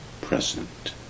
present